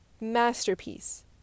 Masterpiece